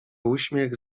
uśmiech